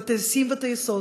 טייסים וטייסות,